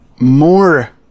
more